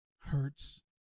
hurts